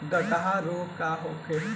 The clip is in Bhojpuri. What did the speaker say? डकहा रोग का होखे?